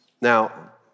Now